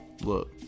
Look